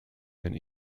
and